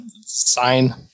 sign